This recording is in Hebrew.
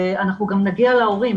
ואנחנו גם נגיע להורים,